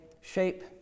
shape